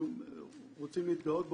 אנחנו רוצים להתגאות בו,